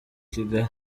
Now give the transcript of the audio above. kigali